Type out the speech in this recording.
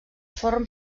forn